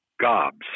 gobs